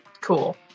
Cool